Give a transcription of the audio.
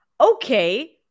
okay